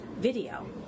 video